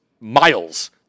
miles